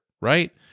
right